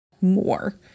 more